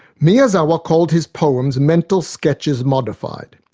miyazawa called his poems mental sketches modified.